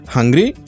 Hungry